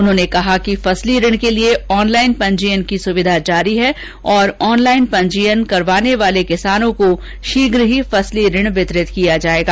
उन्होंने कहा कि फसली ऋण के लिए ऑनलाईन पंजीयन की सुविधा जारी है तथा ऑनलाईन पंजीयन करवाने वाले किसानों को श्रीघ ही फसली ऋण वितरित किया जावेगा